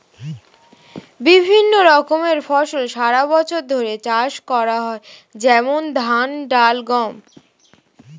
বিভিন্ন রকমের ফসল সারা বছর ধরে চাষ করা হয়, যেমন ধান, ডাল, গম